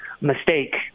mistake